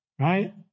right